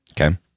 Okay